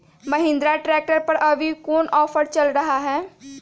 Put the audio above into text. Mahindra tractor पर अभी कोन ऑफर चल रहा है?